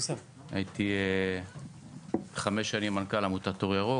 הייתי חמש שנים מנכ"ל עמותת או ירוק,